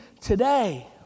today